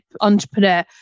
entrepreneur